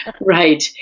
Right